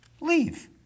leave